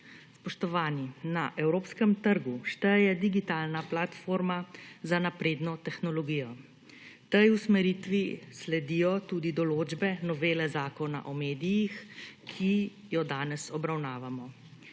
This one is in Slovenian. Spoštovani, na evropskem trgu šteje digitalna platforma za napredno tehnologijo. Tej usmeritvi sledijo tudi določbe novele Zakona o medijih, ki jo danes obravnavamo.